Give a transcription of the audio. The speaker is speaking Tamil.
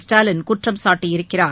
ஸ்டாலின் குற்றம் சாட்டியிருக்கிறார்